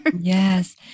Yes